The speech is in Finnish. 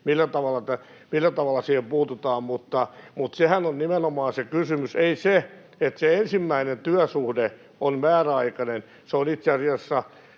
millä tavalla siihen puututaan, mutta sehän nimenomaan on se kysymys, ei se, että ensimmäinen työsuhde on määräaikainen. Se on itse asiassa